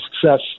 success